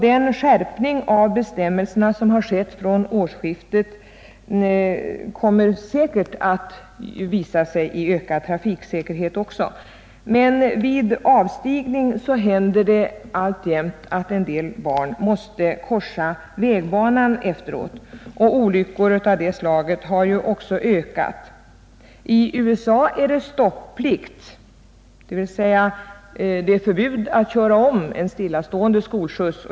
Den skärpning av bestämmelserna därvidlag som skett från årsskiftet kommer säkert att ge resultat i form av ökad trafiksäkerhet. Vid avstigning händer det emellertid alltjämt att en del barn måste korsa vägbanan efteråt, och antalet olyckor vid sådana tillfällen har ökat. I USA är det stopplikt dvs. förbud att köra om stillastående skolskjuts.